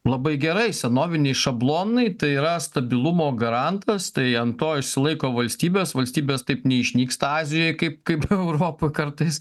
labai gerai senoviniai šablonai tai yra stabilumo garantas tai ant to išsilaiko valstybės valstybės taip neišnyksta azijoj kaip kaip europa kartais